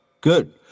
good